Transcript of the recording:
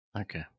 Okay